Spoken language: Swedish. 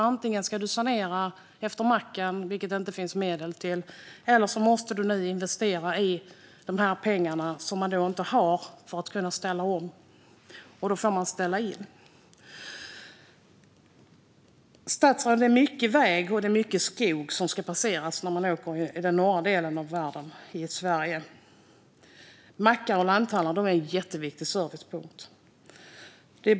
Antingen ska man sanera efter macken, vilket det inte finns medel till, eller så måste man investera med pengar som man inte har för att kunna ställa om, och då får man ställa in. Statsrådet! Det är mycket väg och mycket skog som ska passeras när man åker i den norra delen av Sverige. Mackar och lanthandlar är jätteviktiga servicepunkter.